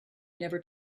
never